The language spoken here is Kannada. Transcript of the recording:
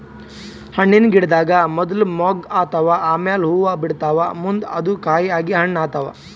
ಹಣ್ಣಿನ್ ಗಿಡದಾಗ್ ಮೊದ್ಲ ಮೊಗ್ಗ್ ಆತವ್ ಆಮ್ಯಾಲ್ ಹೂವಾ ಬಿಡ್ತಾವ್ ಮುಂದ್ ಅದು ಕಾಯಿ ಆಗಿ ಹಣ್ಣ್ ಆತವ್